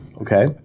Okay